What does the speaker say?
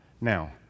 Now